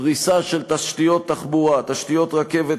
פריסה של תשתיות תחבורה: תשתיות רכבת,